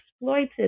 exploited